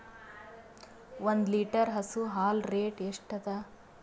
ಒಂದ್ ಲೀಟರ್ ಹಸು ಹಾಲ್ ರೇಟ್ ಎಷ್ಟ ಅದ?